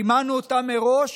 סימנו אותם מראש